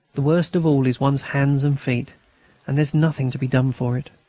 the worst of all is one's hands and feet and there's nothing to be done for it.